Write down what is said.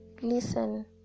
Listen